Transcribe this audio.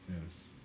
Yes